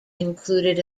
included